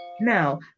now